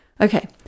Okay